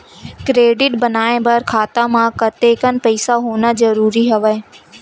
Credit बनवाय बर खाता म कतेकन पईसा होना जरूरी हवय?